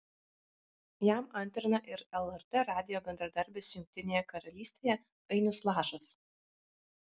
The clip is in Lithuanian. jam antrina ir lrt radijo bendradarbis jungtinėje karalystėje ainius lašas